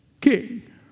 king